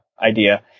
idea